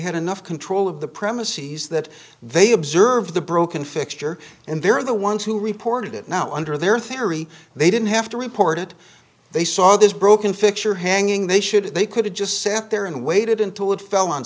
had enough control of the premises that they observe the broken fixture and they're the ones who reported it now under their theory they didn't have to report it they saw this broken fixture hanging they should or they could have just sat there and waited until it fell on